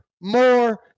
more